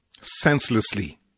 senselessly